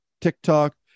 TikTok